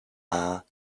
are